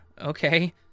okay